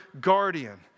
guardian